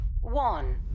one